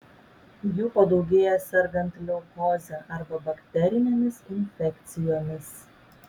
jų padaugėja sergant leukoze arba bakterinėmis infekcijomis